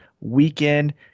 weekend